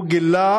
הוא גילה